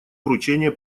вручения